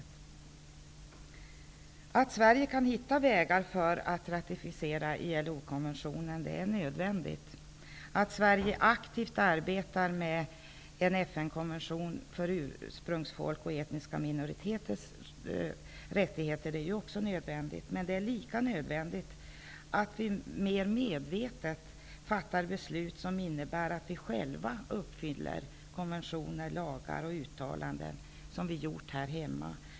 Det är nödvändigt att Sverige kan hitta vägar för att ratificera ILO-konventionen. Det är också nödvändigt att Sverige aktivt arbetar med en FN konvention för ursprungsfolks och etniska minoriteters rättigheter, men det är lika nödvändigt att vi mer medvetet fattar beslut som innebär att vi själva uppfyller konventioner, lagar och uttalanden som vi gjort här hemma.